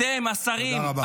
אתם, השרים, תודה רבה.